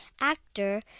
actor